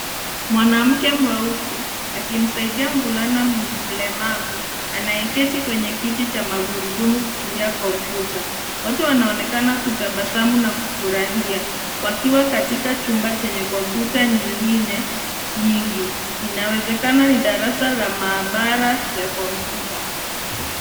Mwanamke mweusi akimsaidia mvulana mlemavu anayeketi kwenye kiti cha magurudumu kutumia kompyuta. Wote wanaonekana kutabasamu na kufurahia wakiwa katika chumba chenye kompyuta nyingine nyingi. Inawezekana ni darasa la maabara ya kompyuta.